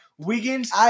Wiggins